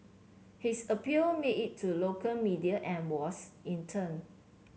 his appeal made it to local media and was in turn